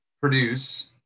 produce